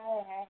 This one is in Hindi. है है